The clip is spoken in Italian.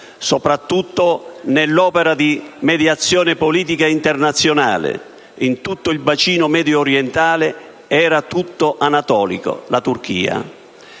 soprattutto nell'opera di mediazione politica internazionale in tutto il bacino mediorientale, era tutto anatolico: la Turchia.